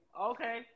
okay